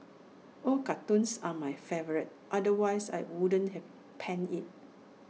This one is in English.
all cartoons are my favourite otherwise I wouldn't have penned IT